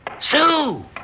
Sue